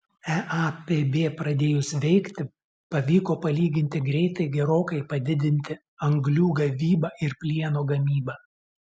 eapb pradėjus veikti pavyko palyginti greitai gerokai padidinti anglių gavybą ir plieno gamybą